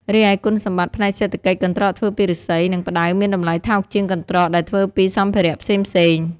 រីឯគុណសម្បត្តិផ្នែកសេដ្ឋកិច្ច កន្ត្រកធ្វើពីឫស្សី និងផ្តៅមានតម្លៃថោកជាងកន្ត្រកដែលធ្វើពីសម្ភារៈផ្សេងៗ។